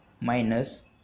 minus